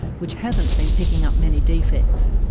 which hasn't been picking up many defects.